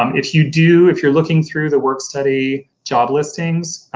um if you do, if you're looking through the work-study job listings,